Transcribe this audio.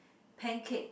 pancake